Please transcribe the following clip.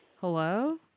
Hello